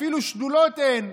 אפילו שדולות אין.